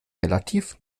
relativ